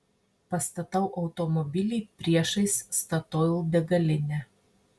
pastatau automobilį priešais statoil degalinę